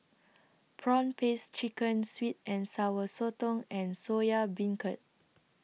Prawn Paste Chicken Sweet and Sour Sotong and Soya Beancurd